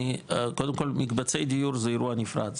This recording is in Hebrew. קודם כל מקבצי דיור זה אירוע נפרד,